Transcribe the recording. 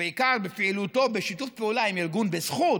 בעיקר בפעילות או בשיתוף פעולה עם ארגון "בזכות",